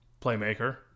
playmaker